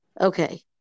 Okay